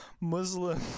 Muslim